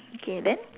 okay then